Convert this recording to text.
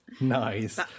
Nice